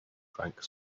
drank